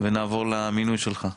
ונעבור למינוי שלך.